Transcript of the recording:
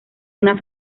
una